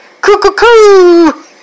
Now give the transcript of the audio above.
Coo-coo-coo